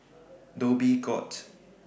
Dhoby Ghaut